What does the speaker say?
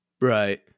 Right